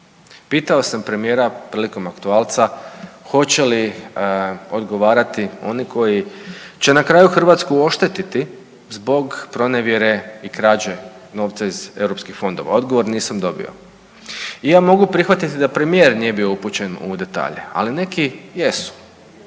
Pitao sam premijera prilikom aktualca hoće li odgovarati oni koji će na kraju Hrvatsku oštetiti zbog pronevjere i krađe novca iz europskih fondova, odgovor nisam dobio. I ja mogu prihvatiti da premijer nije bio upućen u detalje, ali neki jesu.